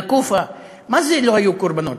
בית-נקופה, מה זה "לא היו קורבנות"?